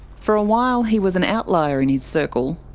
for a while he was an outlier in his circle,